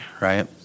right